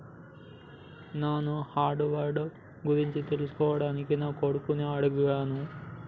నాను hard wood గురించి తెలుసుకోవడానికి నా కొడుకుని అడిగాను